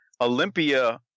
Olympia